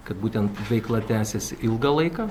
kad būtent veikla tęsėsi ilgą laiką